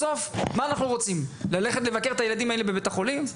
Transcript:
בסוף מה אנחנו רוצים ללכת לבקר את הילדים האלה בבית החולים?